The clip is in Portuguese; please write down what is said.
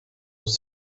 aos